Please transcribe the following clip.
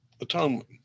atonement